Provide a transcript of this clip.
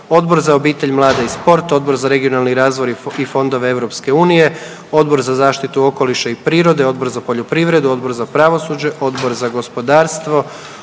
Odbor za obitelj, mlade i sport, Odbor za regionalni razvoj i fondove EU, Odbor za zaštitu okoliša i prirode, Odbor za poljoprivredu, Odbor za pravosuđe, Odbor za gospodarstvo,